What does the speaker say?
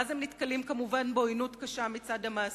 ואז הם נתקלים כמובן בעוינות קשה מצד המעסיק,